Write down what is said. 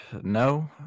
No